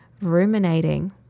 ruminating